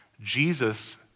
Jesus